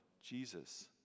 Jesus